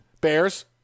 bears